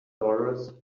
dollars